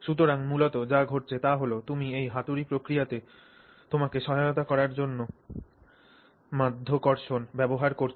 সুতরাং মূলত যা ঘটছে তা হল তুমি এই হাতুড়ি প্রক্রিয়াতে তোমাকে সহায়তা করার জন্য মাধ্যাকর্ষণ ব্যবহার করছ